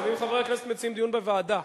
לפעמים חברי הכנסת מציעים דיון בוועדה.